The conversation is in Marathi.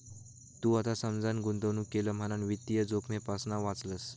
तू आता समजान गुंतवणूक केलं म्हणान वित्तीय जोखमेपासना वाचलंस